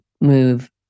move